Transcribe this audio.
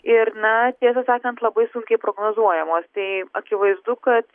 ir na tiesą sakant labai sunkiai prognozuojamos tai akivaizdu kad